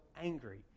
angry